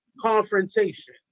confrontation